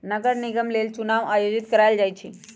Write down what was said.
नगर निगम लेल चुनाओ आयोजित करायल जाइ छइ